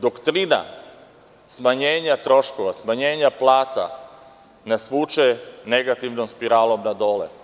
Doktrina smanjenja troškova, smanjenja plata nas vuče negativnom spiralom na dole.